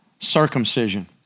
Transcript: circumcision